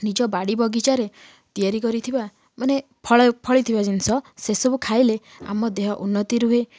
ନିଜ ବାଡ଼ି ବଗିଚାରେ ତିଆରି କରିଥିବା ମାନେ ଫଳ ଫଳିଥିବା ଜିନଷ ସେସବୁ ଖାଇଲେ ଆମ ଦେହ ଉନ୍ନତି ରୁହେ